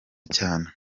cyane